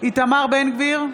איתמר בן גביר,